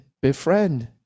befriend